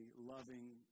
loving